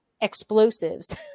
explosives